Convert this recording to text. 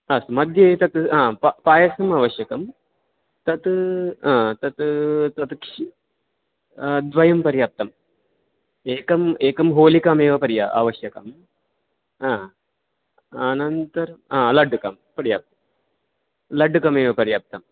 मध्ये एतत् पायसम् आवश्यकं तत् तत् तत् क्षीरं द्वयं पर्याप्तम् एकं एकं होलिका एव आवश्यका अनन्तरं लड्डुकं पर्याप्तं लड्डुकमेव पर्याप्तम्